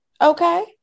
Okay